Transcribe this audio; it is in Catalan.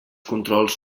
controls